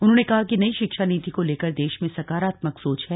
उन्होंने कहा कि नई शिक्षा नीति को लेकर देश में सकारात्मक सोच है